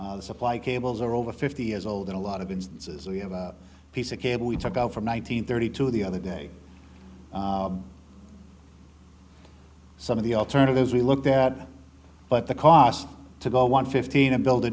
supply cables are over fifty years old in a lot of instances we have a piece of cable we took out from one nine hundred thirty two the other day some of the alternatives we looked at but the cost to go one fifteen and build a